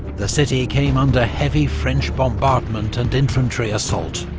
the city came under heavy french bombardment, and infantry assault.